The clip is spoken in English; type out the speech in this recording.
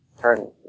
turn